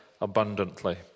abundantly